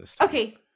Okay